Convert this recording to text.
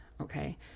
Okay